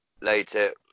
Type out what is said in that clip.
later